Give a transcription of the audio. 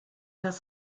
das